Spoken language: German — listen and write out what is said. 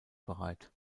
bereit